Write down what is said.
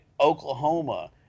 Oklahoma